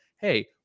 hey